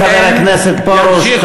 חבר הכנסת פרוש,